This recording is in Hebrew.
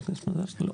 לא,